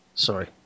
Sorry